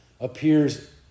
appears